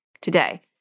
today